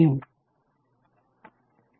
അത് മായ്ക്കാം